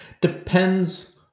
Depends